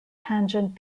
tangent